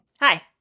Hi